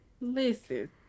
listen